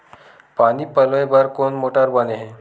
पानी पलोय बर कोन मोटर बने हे?